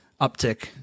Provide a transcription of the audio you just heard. uptick